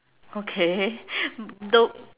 okay though